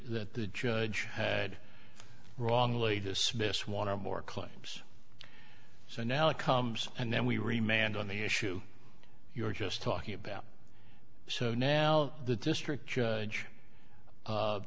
that the judge had wrongly dismissed want to more claims so now it comes and then we remained on the issue you're just talking about so now the district judge